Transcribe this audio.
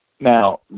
Now